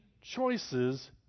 choices